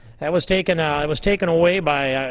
that was taken yeah was taken away by,